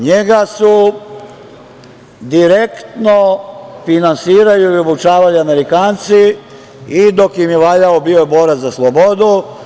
Njega nju direktno finansirali i obučavali Amerikanci i dok im je valjao bio je borac za slobodu.